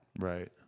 Right